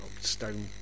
stone